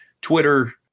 Twitter